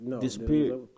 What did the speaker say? Disappeared